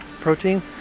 protein